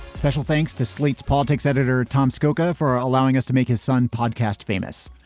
special thanks to slate's politics editor tom skoko for allowing us to make his son podcast famous.